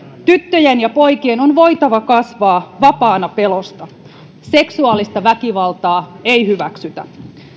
tyttöjen ja poikien on voitava kasvaa vapaina pelosta seksuaalista väkivaltaa ei hyväksytä